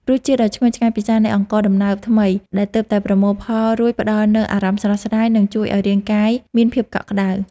រសជាតិដ៏ឈ្ងុយឆ្ងាញ់ពិសានៃអង្ករដំណើបថ្មីដែលទើបតែប្រមូលផលរួចផ្ដល់នូវអារម្មណ៍ស្រស់ស្រាយ និង ជួយឱ្យរាងកាយមានភាពកក់ក្ដៅ។